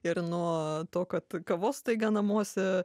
ir nuo to kad kavos staiga namuose